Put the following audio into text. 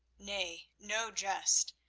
nay, no jest,